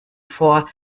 vor